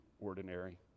ordinary